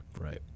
Right